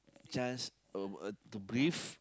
chance uh uh to breathe